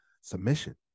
submission